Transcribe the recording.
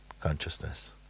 Consciousness